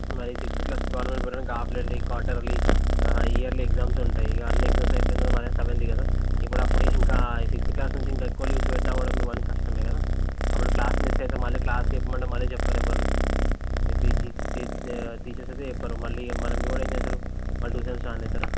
మళ్ళీ sixth class government paper అయితే half yearly quarterly yearly exams ఉంటాయి ఇక అన్ని ఎగ్జామ్స్ అయిపోయిన తరువాత మళ్ళీ సెవెంత్ కదా ఇప్పుడప్పుడు ఇంకా సిక్స్త్ క్లాస్ నుంచి ఇంకా ఎక్కువ లీవ్స్ పెట్టినా కూడా మీవాడు కష్టమే కదా అప్పుడు క్లాస్ మిస్ అయితే మళ్ళీ క్లాస్ చెప్పమంటే మళ్ళీ చెప్పరు ఎవరూ టీచర్స్ అయితే చెప్పరు మళ్ళీ ఇక మీవాడు ఏం చేస్తాడు మళ్ళీ ట్యూషన్స్ జాయిన్ అవుతారా